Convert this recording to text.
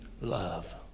love